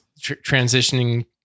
transitioning